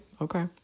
okay